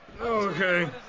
Okay